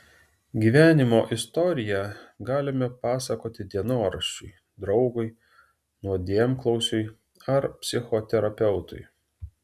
gyvenimo istoriją galime pasakoti dienoraščiui draugui nuodėmklausiui ar psichoterapeutui